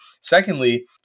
secondly